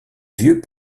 vieux